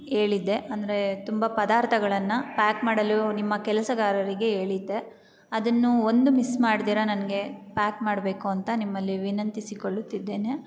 ಹೇಳಿದ್ದೆ ಅಂದರೆ ತುಂಬ ಪದಾರ್ಥಗಳನ್ನು ಪ್ಯಾಕ್ ಮಾಡಲು ನಿಮ್ಮ ಕೆಲಸಗಾರರಿಗೆ ಹೇಳಿದ್ದೆ ಅದನ್ನು ಒಂದೂ ಮಿಸ್ ಮಾಡ್ದೀರ ನನಗೆ ಪ್ಯಾಕ್ ಮಾಡಬೇಕು ಅಂತ ನಿಮ್ಮಲ್ಲಿ ವಿನಂತಿಸಿಕೊಳ್ಳುತ್ತಿದ್ದೇನೆ